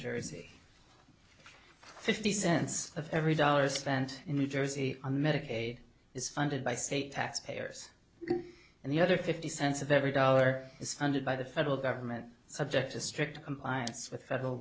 jersey fifty cents of every dollar spent in new jersey on medicaid is funded by state taxpayers and the other fifty cents of every dollar is funded by the federal government subject to strict compliance with federal